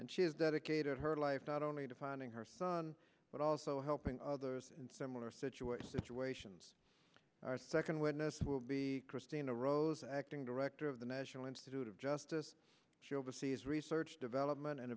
and she has dedicated her life not only to finding her son but also helping others in similar situations that you ations our second witness will be christina rose acting director of the national institute of justice she oversees research development and